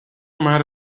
mad